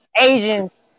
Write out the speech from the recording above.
Asians